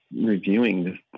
reviewing